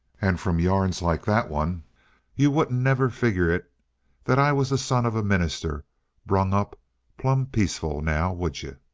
and from yarns like that one you wouldn't never figure it that i was the son of a minister brung up plumb peaceful. now, would you?